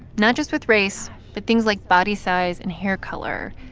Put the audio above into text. not just with race but things like body size and hair color,